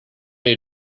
menu